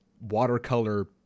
watercolor